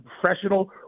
professional